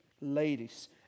ladies